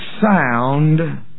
sound